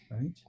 Right